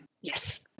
Yes